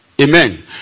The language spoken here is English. Amen